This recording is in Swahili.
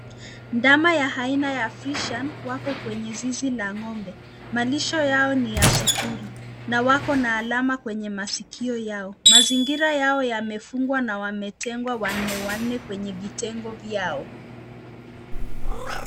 Ndama ya aina ya Fresian , wako kwenye zizi la ngombe. Malisho yao ni ya sifuri. Na wako na alama kwenye masikio yao. Mazingira yao yamefungwana yametengwa wanne wanne kwenye vitengo vyao.